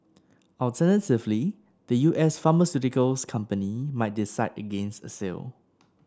alternatively the U S pharmaceuticals company might decide against a sale